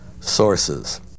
sources